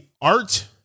art